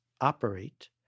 operate